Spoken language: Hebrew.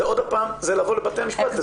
זה לבוא לבתי המשפט.